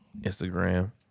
Instagram